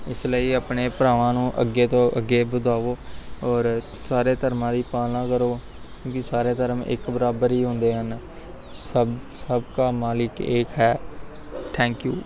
ਇਸ ਲਈ ਆਪਣੇ ਭਰਾਵਾਂ ਨੂੰ ਅੱਗੇ ਤੋਂ ਅੱਗੇ ਵਧਾਓ ਔਰ ਸਾਰੇ ਧਰਮਾਂ ਦੀ ਪਾਲਣਾ ਕਰੋ ਕਿਉਂਕਿ ਸਾਰੇ ਧਰਮ ਇੱਕ ਬਰਾਬਰ ਹੀ ਹੁੰਦੇ ਹਨ ਸਬ ਸਭ ਕਾ ਮਾਲਿਕ ਏਕ ਹੈ ਥੈਂਕ ਯੂ